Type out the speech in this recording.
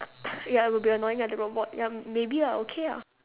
ya it'll be annoying ah the robot ya maybe ah okay ah